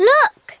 Look